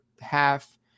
half